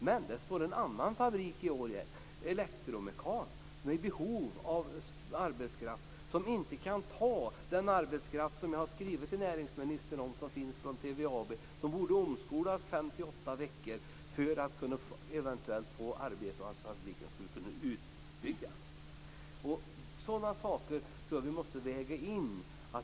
Men det står en annan fabrik i Årjäng, Elektromekan, som är i behov av arbetskraft och som inte kan ta den arbetskraft som jag har skrivit till näringsministern om som finns på TVAB och som borde omskolas i fem till åtta veckor för att eventuellt kunna få arbete så att fabriken skulle kunna byggas ut. Sådana saker tror jag att vi måste väga in.